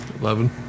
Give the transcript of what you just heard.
Eleven